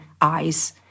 eyes